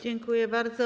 Dziękuję bardzo.